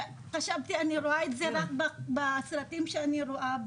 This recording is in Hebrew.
חשבתי שאני רואה את זה רק בסרטים שאני רואה,